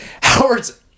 Howard's